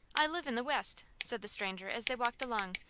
i live in the west, said the stranger, as they walked along.